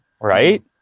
Right